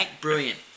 brilliant